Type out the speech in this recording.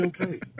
okay